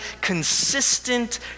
consistent